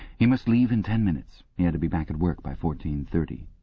he must leave in ten minutes. he had to be back at work by fourteen-thirty.